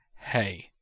Hey